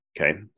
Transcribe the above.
Okay